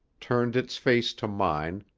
turned its face to mine,